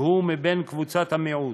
שהוא מבין קבוצת המיעוט.